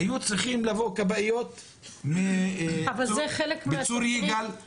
היו צריכים לבוא כבאיות מצור יגאל,